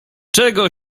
czego